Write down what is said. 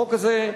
החוק הזה,